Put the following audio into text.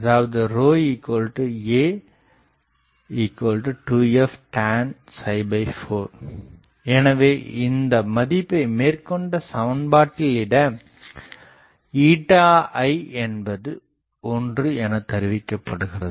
அதாவது a2f tan 4 எனவே இந்த மதிப்பை மேற்கண்ட சமன்பாட்டில் இட i என்பது 1 என தருவிக்கப்படுகிறது